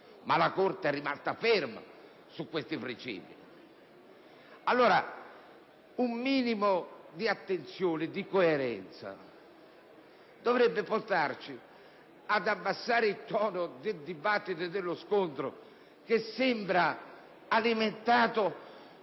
la Corte è rimasta ferma su questi principi. Un minimo di attenzione e di coerenza, allora, dovrebbe portarci oggi ad abbassare il tono del dibattito e dello scontro, che sembra alimentato